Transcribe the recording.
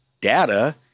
data